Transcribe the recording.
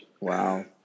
Wow